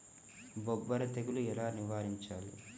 బొబ్బర తెగులు ఎలా నివారించాలి?